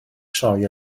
sioe